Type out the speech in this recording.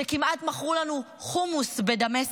שכמעט מכרו לנו חומוס בדמשק.